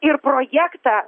ir projektą